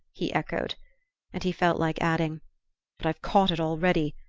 he echoed and he felt like adding but i've caught it already.